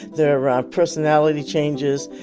their ah personality changes,